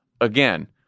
Again